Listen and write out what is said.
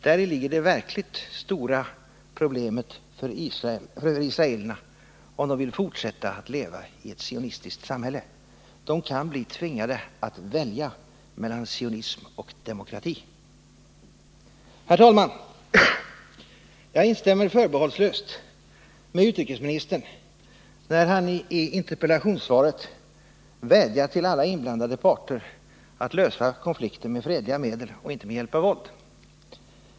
Däri ligger det verkligt stora problemet för israelerna, om de vill fortsätta att leva i ett sionistiskt samhälle. De kan bli tvingade att välja mellan sionism och demokrati. Herr talman! Jag instämmer förbehållslöst med utrikesministern när han i interpellationssvaret vädjar till alla inblandade parter att lösa konflikten med fredliga medel och inte med hjälp av våld.